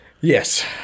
Yes